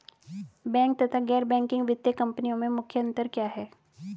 Bank तथा गैर banking वित्तीय कंपनियों में मुख्य अंतर क्या है?